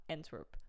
Antwerp